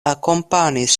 akompanis